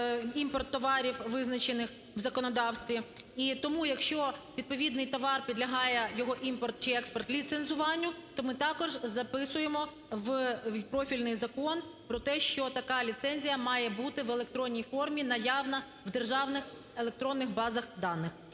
імпорт товарів, визначених в законодавстві, і тому, якщо відповідний товар підлягає, його імпорт чи експорт ліцензуванню, то ми також записуємо в профільний закон про те, що така ліцензія має бути в електронній формі наявна в державних електронних базах даних